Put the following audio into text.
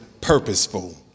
purposeful